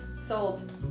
Sold